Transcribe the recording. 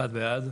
הצבעה בעד,